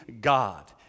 God